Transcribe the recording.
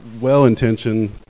well-intentioned